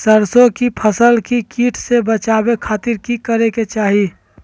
सरसों की फसल के कीट से बचावे खातिर की करे के चाही?